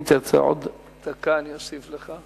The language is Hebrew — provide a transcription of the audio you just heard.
אם תרצה עוד דקה, אני אוסיף לך.